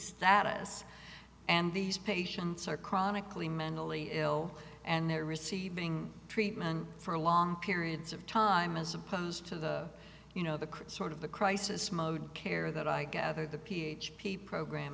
status and these patients are chronically mentally ill and they're receiving treatment for long periods of time as opposed to the you know the chris sort of the crisis mode care that i gather the p h p program